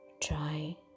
Try